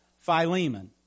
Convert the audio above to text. Philemon